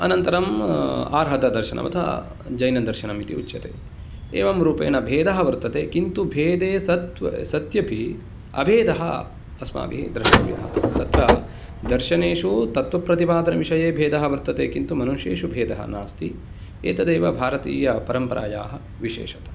अनन्तरं आर्हतदर्शन उत जैनदर्शनम् इति उच्यते एवंरूपेण भेद वर्तते किन्तु भेदे सत्व सत्यपि अभेदः अस्माभिः द्रष्टव्यः तत्र दर्शनेषु तत्त्वप्रतिपादनविषये भेदः वर्तते किन्तु मनुष्येषु भेदः नास्ति एतदेव भारतीयपरम्परायाः विशेषता